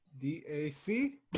d-a-c